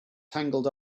tangled